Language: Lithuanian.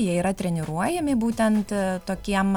jie yra treniruojami būtent tokiem